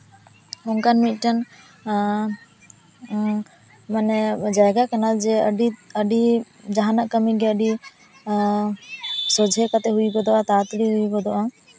ᱱᱚᱝᱠᱟᱱ ᱢᱤᱫᱴᱮᱱ ᱢᱟᱱᱮ ᱡᱟᱭᱜᱟ ᱠᱟᱱᱟ ᱡᱮ ᱟᱹᱰᱤ ᱡᱟᱦᱟᱱᱟᱜ ᱠᱟᱹᱢᱤ ᱜᱮ ᱟᱹᱰᱤ ᱥᱚᱡᱷᱮ ᱠᱟᱛᱮᱜ ᱦᱩᱭ ᱜᱚᱫᱚᱜᱼᱟ ᱛᱟᱲᱟᱛᱟ ᱲᱤ ᱦᱩᱭ ᱜᱚᱫᱚᱜᱼᱟ